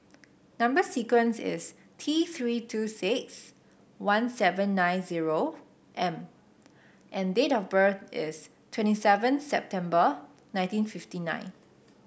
number sequence is T Three two six one seven nine zero M and date of birth is twenty seven September nineteen fifty nine